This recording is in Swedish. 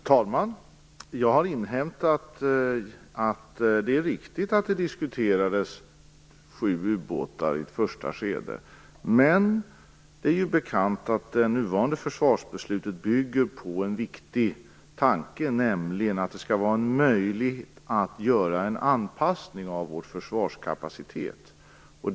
Fru talman! Jag har inhämtat att det är riktigt att det diskuterades sju ubåtar i ett första skede. Men det är bekant att det nuvarande försvarsbeslutet bygger på en viktig tanke, nämligen att det skall vara möjligt att göra en anpassning av vår försvarskapacitet.